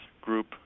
group